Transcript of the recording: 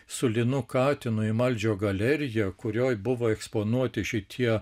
su linu katinu į maldžio galeriją kurioj buvo eksponuoti šitie